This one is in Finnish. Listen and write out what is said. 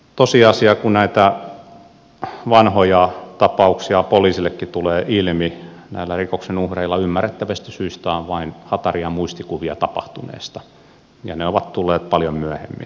tosiasia on kun näitä vanhoja tapauksia poliisillekin tulee ilmi että näillä rikoksen uhreilla ymmärrettävistä syistä on vain hataria muistikuvia tapahtuneesta ja ne ovat tulleet paljon myöhemmin